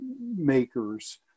makers